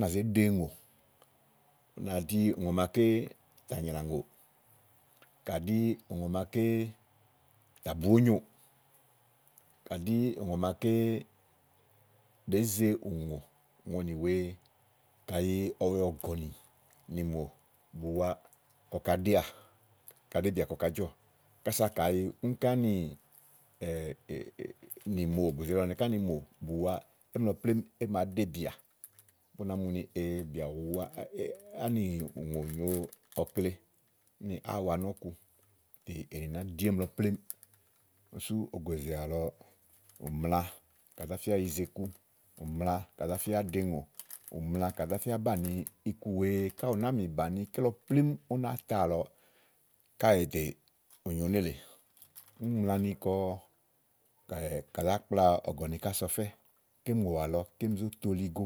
nàzé ɖe ùŋò, ú nà ɖí ùŋò màaké tà nyràùŋò, ká ɖí ùŋò màaké tà bù ónyòò. kàɖí ùŋò màaké ɖèé ze ùŋò, ùŋonì wèe kàyi ɔwɛ ɔ̀gɔ̀nì nìmò bù wa kɔ kàá ɖeà, kàá ɖebìà kɔ kàá jɔ̀. kása kayi úni ká nì ni mò ògòzè lɔ ká nì mò bù wa émi lɔ plémú é màá ɖebìà bú nàá mu ni ee bìà bù wa áéánì ùŋò nyòo ɔkle, úni áwa wa nɔ̀ku, tè ènì nàá ɖi émi lɔ plémú. úni sú ògòzè àlɔ ù mla kà zá fía yize iku, ù mla kà zá fíá ɖe ùŋò, ù mla, kà zá fíá banìi ikuwèe kayì ù nàáa mì bàni kélɔ plémú ú náa ta àlɔ, káèè tè ù nyo nélèe, úni mla ni kɔ káèè zá kpla ɔ̀gɔ̀nì lɔ ká so ɔfɛ́ kɔ émì ìŋòwàlɔ bu zó toligo.